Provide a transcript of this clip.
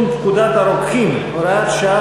אם כן, בעד, 32, מתנגדים, 7,